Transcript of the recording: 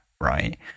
right